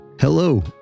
Hello